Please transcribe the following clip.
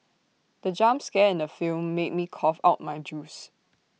the jump scare in the film made me cough out my juice